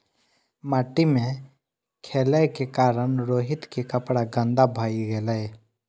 माटि मे खेलै के कारण रोहित के कपड़ा गंदा भए गेलै